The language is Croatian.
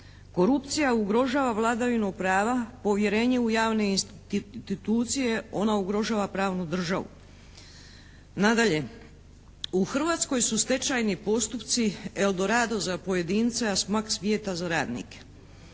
Korupcija ugrožava vladavinu prava, povjerenje u javne institucije, ona ugrožava pravnu državu. Nadalje, u Hrvatskoj su stečeni postupci El Dorado za pojedinca, smak svijeta za radnike.